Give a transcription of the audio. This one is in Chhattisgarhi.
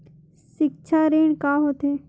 सिक्छा ऋण का होथे?